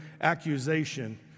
accusation